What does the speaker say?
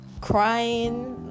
crying